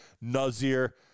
Nazir